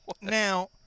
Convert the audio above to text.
now